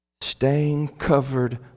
stain-covered